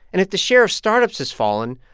and if the share of startups has fallen,